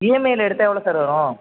இஎம்ஐயில் எடுத்தால் எவ்வளோ சார் வரும்